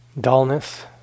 dullness